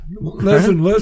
Listen